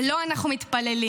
ולו אנחנו מתפללים.